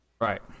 Right